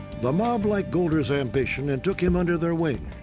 the mob liked golder's ambition and took him under their wing.